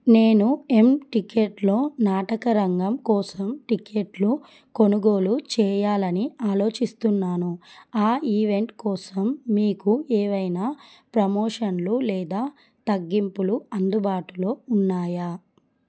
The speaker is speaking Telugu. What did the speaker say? నేను ఎమ్టికెట్లో నాటకరంగం కోసం టిక్కెట్లు కొనుగోలు చేయాలని ఆలోచిస్తున్నాను ఆ ఈవెంట్ కోసం మీకు ఏవైనా ప్రమోషన్లు లేదా తగ్గింపులు అందుబాటులో ఉన్నాయా